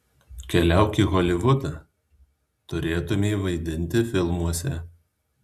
keliauk į holivudą turėtumei vaidinti filmuose